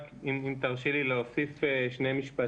אם תרשי לי להוסיף שני משפטים.